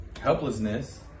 helplessness